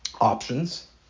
options